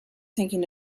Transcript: thinking